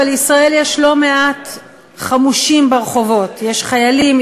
אבל בישראל יש לא מעט חמושים ברחובות: יש חיילים,